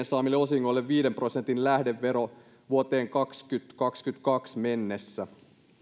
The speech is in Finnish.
saamille osingoille viiden prosentin lähdevero vuoteen kaksituhattakaksikymmentäkaksi mennessä